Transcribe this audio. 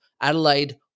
Adelaide